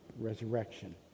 resurrection